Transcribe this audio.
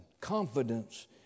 Confidence